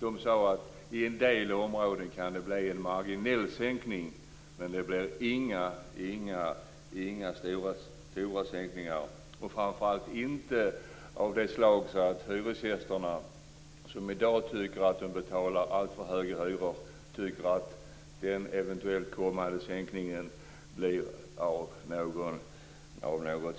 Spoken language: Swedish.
De sade att det i en del områden kan bli en marginell sänkning, men det blir inga stora sänkningar, framför allt inte av det slag att hyresgästerna som i dag betalar alldeles för höga hyror tycker att den eventuellt kommande sänkningen blir av någon